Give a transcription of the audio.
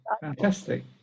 fantastic